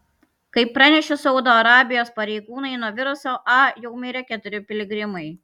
kaip pranešė saudo arabijos pareigūnai nuo viruso a jau mirė keturi piligrimai